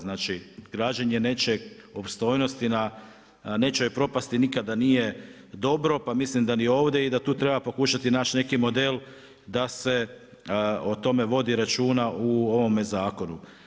Znači građenje nečije opstojnosti na nečijoj propasti nikada nije dobro pa mislim da ni ovdje i da tu treba pokušati naći neki model da se o tome vodi računa u ovome zakonu.